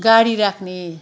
गाडी राख्ने